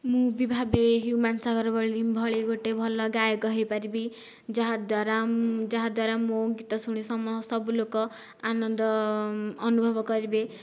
ମୁଁ ବି ଭାବେ ହ୍ୟୁମାନ ସାଗର ଭଳି ଭଳି ଗୋଟିଏ ଭଲ ଗାୟକ ହୋଇପାରିବି ଯାହାଦ୍ୱାରା ଯାହାଦ୍ୱାରା ମୋ ଗୀତ ଶୁଣି ସମ ସବୁ ଲୋକ ଆନନ୍ଦ ଅନୁଭବ କରିବେ